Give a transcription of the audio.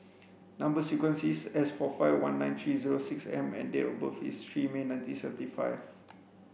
number sequence is S four five one nine three zero six M and date of birth is three May nineteen seventy five